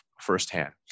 firsthand